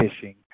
fishing